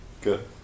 Good